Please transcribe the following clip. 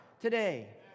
today